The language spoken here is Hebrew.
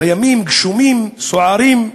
בימים גשומים, סוערים,